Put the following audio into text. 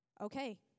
Okay